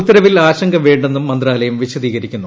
ഉത്തരവിൽ ആശങ്ക വേണ്ടെന്നും മന്ത്രാലയം വിശദീകരിക്കുന്നു